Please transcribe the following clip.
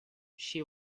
she